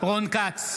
רון כץ,